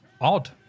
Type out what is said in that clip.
Odd